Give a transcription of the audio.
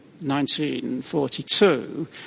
1942